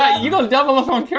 ah you gonna double up on